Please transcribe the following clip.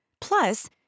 Plus